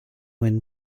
when